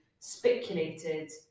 spiculated